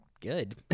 good